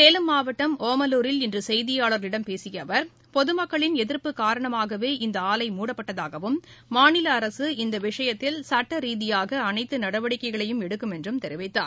சேலம் மாவட்டம் ஒமலூரில் இன்று செய்தியாளர்களிடம் பேசிய அவர் பொதுமக்களின் எதிர்ப்பு காரணமாகவே இந்த ஆலை மூடப்பட்டதாகவும் மாநில அரசு இந்த விஷயத்தில் சுட்டரீதியாக அனைத்து நடவடிக்கைகளையும் எடுக்கும் என்றும் அவர் தெரிவித்தார்